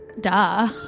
Duh